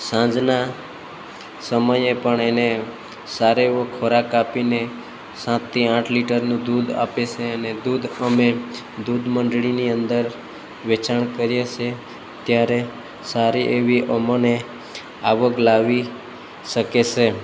સાંજના સમયે પણ એને સારો એવો ખોરાક આપીને સાતથી આઠ લિટરનું દૂધ આપે છે અને દૂધ અમે દૂધ મંડળીની અંદર વેચાણ કરીએ છે સારી એવી અમને આવક લાવી શકે છે